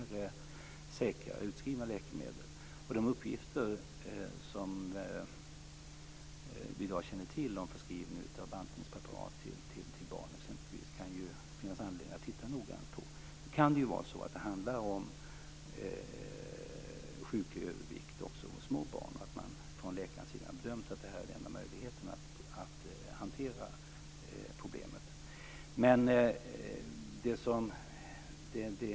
Det kan finnas anledning att titta noggrannare på de uppgifter vi i dag känner till om förskrivning av bantningspreparat till barn exempelvis. Det kan ju vara så att det handlar om sjuklig övervikt också hos små barn, och att man från läkarens sida har bedömt att detta är den enda möjligheten att hantera problemet.